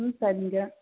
ம் சரிங்க